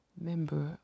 member